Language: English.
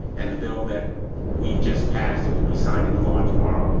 and a bill that we've just passed, it will be signed into law tomorrow,